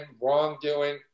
wrongdoing